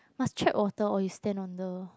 must check water or you stand under